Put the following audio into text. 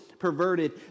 Perverted